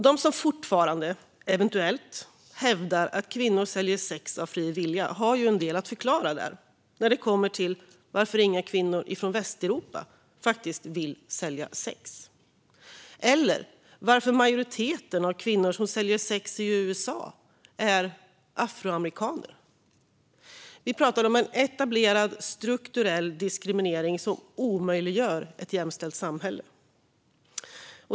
De som fortfarande eventuellt hävdar att kvinnor säljer sex av fri vilja har en del att förklara när det kommer till varför inga kvinnor från Västeuropa faktiskt vill sälja sex. Eller varför majoriteten av kvinnor som säljer sex i USA är afroamerikaner. Vi pratar om en etablerad strukturell diskriminering som omöjliggör ett jämställt samhälle.